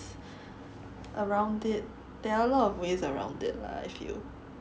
around it there are a lot of ways around it lah I feel